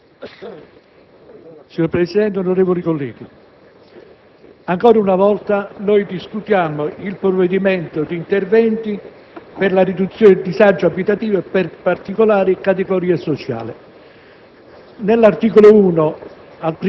Signor Presidente, onorevoli colleghi, ancora una volta discutiamo il provvedimento di interventi per la riduzione del disagio abitativo facendo particolare attenzione